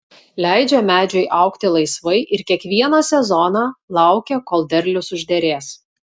leidžia medžiui augti laisvai ir kiekvieną sezoną laukia kol derlius užderės